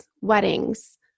weddings